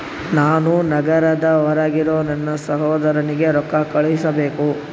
ನಾನು ನಗರದ ಹೊರಗಿರೋ ನನ್ನ ಸಹೋದರನಿಗೆ ರೊಕ್ಕ ಕಳುಹಿಸಬೇಕು